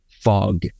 fog